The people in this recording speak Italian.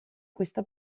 questa